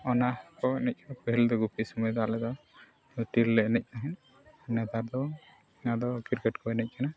ᱚᱱᱟ ᱠᱚ ᱮᱱᱮᱡ ᱦᱚᱸ ᱯᱟᱹᱦᱤᱞ ᱫᱚ ᱜᱩᱯᱤ ᱥᱚᱢᱚᱭ ᱫᱚ ᱟᱞᱮ ᱫᱚ ᱴᱤᱨ ᱞᱮ ᱮᱱᱮᱡ ᱛᱟᱦᱮᱱ ᱱᱮᱛᱟᱨ ᱫᱚ ᱠᱨᱤᱠᱮᱴ ᱠᱚ ᱮᱱᱮᱡ ᱠᱟᱱᱟ